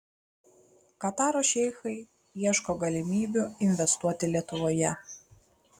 kataro šeichai ieško galimybių investuoti lietuvoje